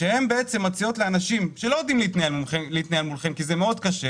שהן בעצם מציעות לאנשים שלא יודעים להתנהל מולכם כי זה מאוד קשה.